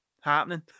happening